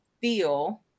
feel